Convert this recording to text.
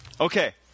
Okay